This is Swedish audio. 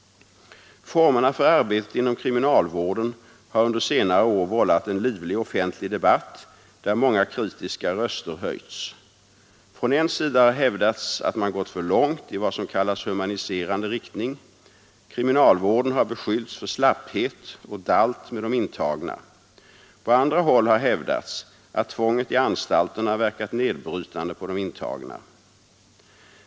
Formerna för arbetet inom kriminalvården har under senare år vållat en livlig offentlig debatt där många kritiska röster höjts. Från en sida har hävdats att man gått för långt i vad som kallas humaniserande riktning. Kriminalvården har beskyllts för slapphet och dalt med de intagna. Från andra håll har hävdats att tvånget i anstalterna verkat nedbrytande på de intagna.